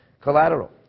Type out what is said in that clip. collateral